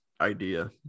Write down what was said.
idea